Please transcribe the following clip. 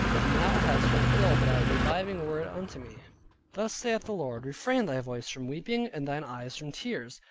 and now has fulfilled that reviving word unto me thus saith the lord, refrain thy voice from weeping, and thine eyes from tears,